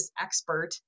expert